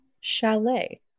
chalet